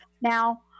now